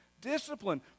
Discipline